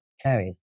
carries